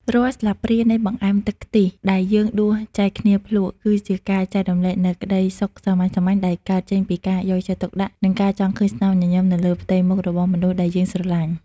រាល់ស្លាបព្រានៃបង្អែមទឹកខ្ទិះដែលយើងដួសចែកគ្នាភ្លក់ គឺជាការចែករំលែកនូវក្ដីសុខសាមញ្ញៗដែលកើតចេញពីការយកចិត្តទុកដាក់ និងការចង់ឃើញស្នាមញញឹមនៅលើផ្ទៃមុខរបស់មនុស្សដែលយើងស្រឡាញ់។